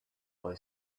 boy